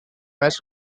mess